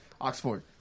Oxford